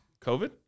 COVID